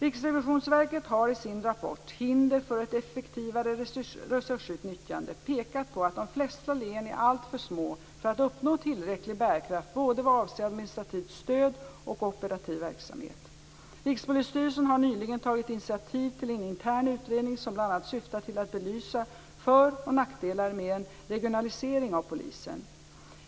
Riksrevisionsverket har i sin rapport Hinder för ett effektivare resursutnyttjande pekat på att de flesta län är alltför små för att uppnå tillräcklig bärkraft både vad avser administrativt stöd och operativ verksamhet. Rikspolisstyrelsen har nyligen tagit initiativ till en intern utredning som bl.a. syftar till att belysa för och nackdelar med en regionalisering av polisen.